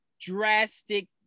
drastic